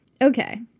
okay